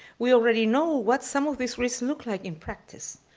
we already know what some of these risks look like in practice,